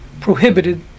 prohibited